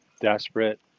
desperate